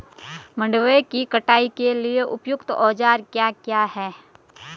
मंडवे की कटाई के लिए उपयुक्त औज़ार क्या क्या हैं?